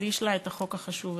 להקדיש לה את החוק החשוב הזה.